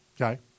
Okay